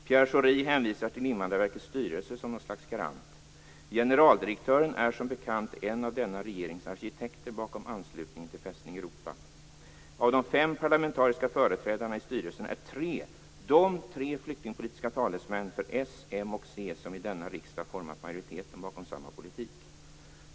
Pierre Schori hänvisar till Invandrarverkets styrelse som ett slags garant. Generaldirektören är som bekant en av denna regerings arkitekter bakom anslutningen till Fästning Europa. Av de fem parlamentariska företrädarna i styrelsen är tre de tre flyktingpolitiska talesmän för Socialdemokraterna, Moderaterna och Centern som i denna riksdag har format majoriteten bakom samma politik.